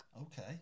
Okay